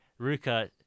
Ruka